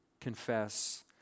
confess